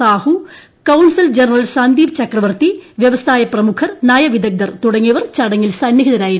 Sahu consul general Sandeep Chakravarthy വ്യവസായ പ്രമുഖർ നയവിദഗ്ദ്ധർ തുടങ്ങിയവർ ചടങ്ങിൽ സന്നിഹിതരായിരുന്നു